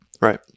Right